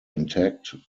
intact